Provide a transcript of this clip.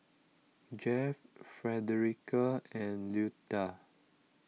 Jeff Frederica and Luetta